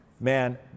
man